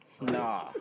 Nah